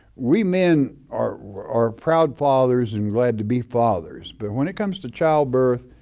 we men are are proud fathers and glad to be fathers, but when it comes to childbirth,